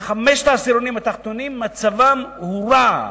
חמשת העשירונים התחתונים, מצבם הורע.